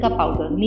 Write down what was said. powder